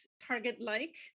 target-like